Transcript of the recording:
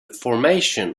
formation